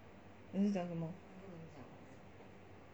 你是讲什么